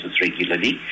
regularly